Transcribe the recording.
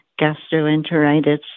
gastroenteritis